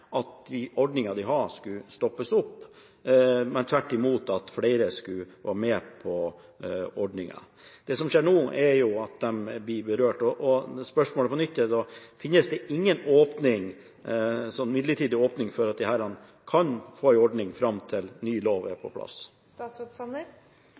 at den ordningen de hadde, skulle stoppes, men tvert imot at flere skulle få være med på ordningen. Det som skjer nå, er at de blir berørt. Og på nytt er spørsmålet: Finnes det ingen midlertidig åpning for at disse kan få en ordning fram til ny lov er